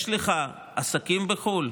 יש לך עסקים בחו"ל?